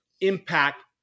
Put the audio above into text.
impact